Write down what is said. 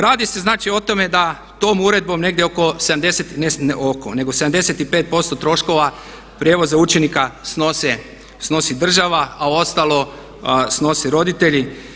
Radi se znači o tome da tom uredbom negdje oko 70, ne oko, nego 75% troškova prijevoza učenika snosi država, a ostalo snose roditelji.